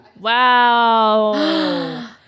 Wow